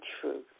truth